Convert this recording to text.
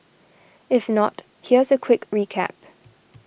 if not here's a quick recap